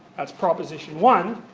that's proposition one.